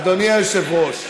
אדוני היושב-ראש,